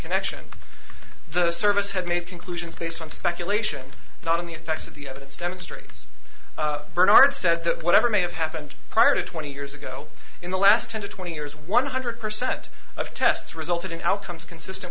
connection the service had made conclusions based on speculation not on the effects of the evidence demonstrates bernard said that whatever may have happened prior to twenty years ago in the last ten to twenty years one hundred percent of tests resulted in outcomes consistent